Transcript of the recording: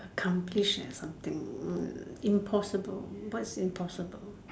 accomplish and something impossible what is impossible